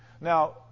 Now